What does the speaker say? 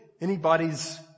anybody's